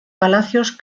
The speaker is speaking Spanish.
palacios